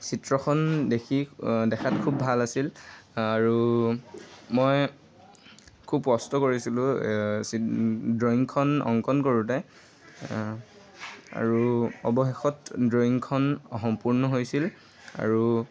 চিত্ৰখন দেখি দেখাত খুব ভাল আছিল আৰু মই খুব কষ্ট কৰিছিলোঁ ড্ৰয়িংখন অংকন কৰোঁতে আৰু অৱশেষত ড্ৰয়িংখন সম্পূৰ্ণ হৈছিল আৰু